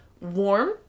warm